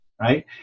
Right